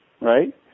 right